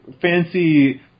fancy